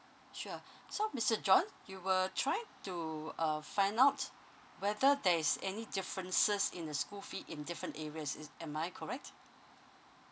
sure so mister john you were trying to uh find out whether there is any differences in the school fee in different areas is am I correct